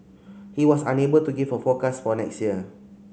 he was unable to give a forecast for next year